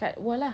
kat wall lah